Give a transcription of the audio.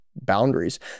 boundaries